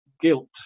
guilt